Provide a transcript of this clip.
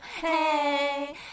Hey